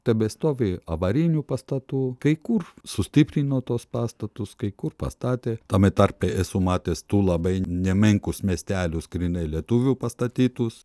tebestovi avarinių pastatų kai kur sustiprino tuos pastatus kai kur pastatė tame tarpe esu matęs tų labai nemenkus miestelius grynai lietuvių pastatytus